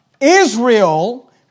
Israel